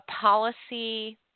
policy